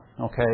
okay